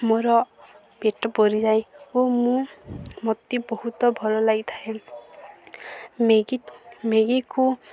ମୋର ପେଟ ପୁରିଯାଏ ଓ ମୁଁ ମୋତେ ବହୁତ ଭଲ ଲାଗିଥାଏ ମ୍ୟାଗିକୁ